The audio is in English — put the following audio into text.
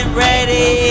ready